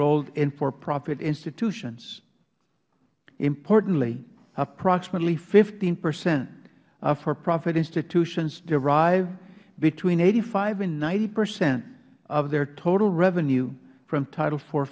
lled in for profit institutions importantly approximately fifteen percent of for profit institutions derive between eighty five and ninety percent of their total revenue from title